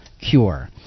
cure